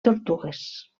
tortugues